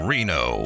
Reno